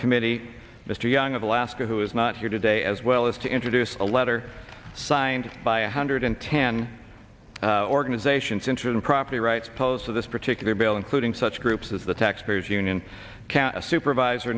committee mr young of alaska who is not here today as well as to introduce a letter signed by a hundred and ten organizations intern property rights posed to this particular bill including such groups as the taxpayers union cat a supervisor